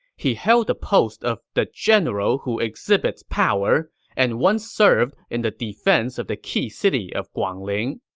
he held the post of the general who exhibits power and once served in the defense of the key city of guangling.